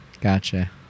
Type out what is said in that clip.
gotcha